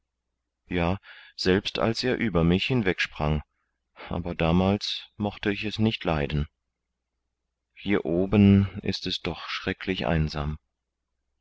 ja selbst als er über mich hinweg sprang aber damals mochte ich es nicht leiden hier oben ist es doch schrecklich einsam